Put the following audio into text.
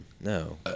No